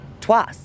twice